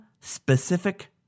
specific